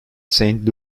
saint